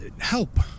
help